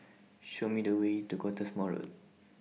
Show Me The Way to Cottesmore Road